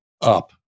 up